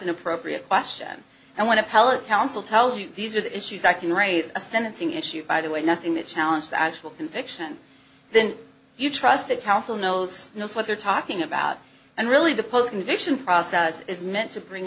an appropriate question and want to pallor counsel tells you these are the issues i can raise a sentencing issue by the way nothing that challenge the actual conviction then you trust that counsel knows what they're talking about and really the post convention process is meant to bring